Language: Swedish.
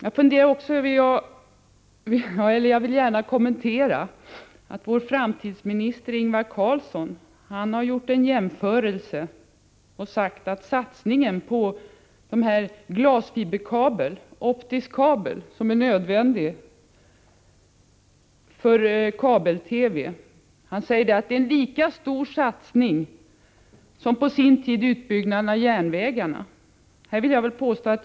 Jag vill gärna kommentera att vår framtidsminister Ingvar Carlsson har gjort en jämförelse och sagt att satsningen på glasfiberkabel, optisk kabel, som är nödvändig för kabel-TV, är en lika stor satsning som på sin tid utbyggnaden av järnvägarna var.